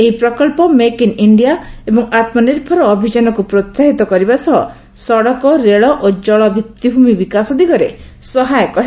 ଏହି ପ୍ରକଳ୍ପ make in India ଏବଂ ଆତ୍ମନିର୍ଭର ଅଭିଯାନକୁ ପ୍ରୋହାହିତ କରିବା ସହ ସଡ଼କ ରେଳ ଓ ଜଳ ଭିଭିଭୂମି ବିକାଶ ଦିଗରେ ସହାୟକ ହେବ